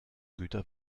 güter